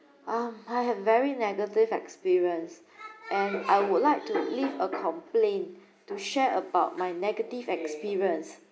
um I have very negative experience and I would like to leave a complain to share about my negative experience